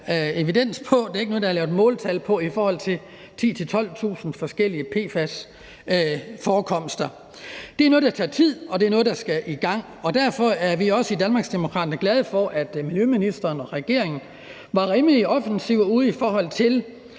evidens for; det er ikke noget, der er lavet måltal på i forhold til 10-12.000 forskellige PFAS-forekomster. Det er noget, der tager tid, og det er noget, der skal i gang, og derfor er vi også i Danmarksdemokraterne glade for, at miljøministeren og regeringen var rimelig offensive og ude